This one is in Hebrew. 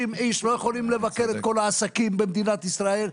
60 איש לא יכולים לבקר את כל העסקים במדינת ישראל.